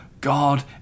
God